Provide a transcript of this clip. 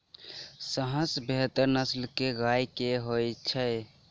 सबसँ बेहतर नस्ल केँ गाय केँ होइ छै?